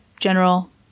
general